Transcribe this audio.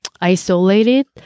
isolated